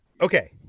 okay